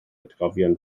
atgofion